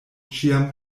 ĉiam